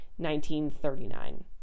1939